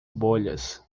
bolhas